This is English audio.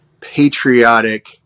patriotic